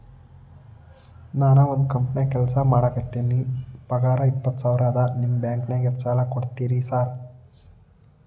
ನಾನ ಒಂದ್ ಕಂಪನ್ಯಾಗ ಕೆಲ್ಸ ಮಾಡಾಕತೇನಿರಿ ಪಗಾರ ಇಪ್ಪತ್ತ ಸಾವಿರ ಅದಾ ನಿಮ್ಮ ಬ್ಯಾಂಕಿನಾಗ ಎಷ್ಟ ಸಾಲ ಕೊಡ್ತೇರಿ ಸಾರ್?